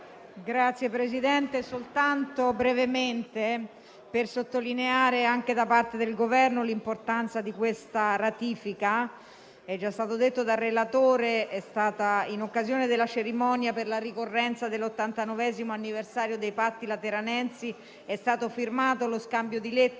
Signor Presidente, intervengo brevemente per sottolineare anche da parte del Governo l'importanza della ratifica in esame. È già stato detto dal relatore che, in occasione della cerimonia per la ricorrenza dell'ottantanovesimo anniversario dei Patti Lateranensi è stato firmato lo scambio di lettere